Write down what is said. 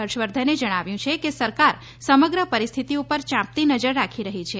હર્ષવર્ધને જણાવ્યુ છે કે સરકાર સમગ્ર પરિસ્થિતી ઉપર યાંપતી નજર રાખી રહી છે